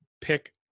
pick